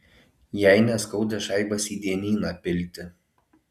jai neskauda šaibas į dienyną pilti